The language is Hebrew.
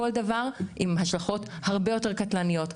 כל דבר עם השלכות הרבה יותר קטלניות,